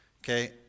Okay